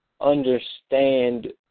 understand